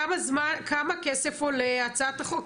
כמה כסף עולה הצעת החוק?